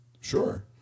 Sure